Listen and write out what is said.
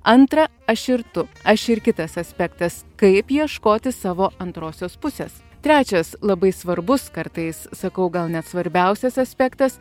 antra aš ir tu aš ir kitas aspektas kaip ieškoti savo antrosios pusės trečias labai svarbus kartais sakau gal net svarbiausias aspektas